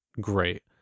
great